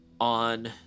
on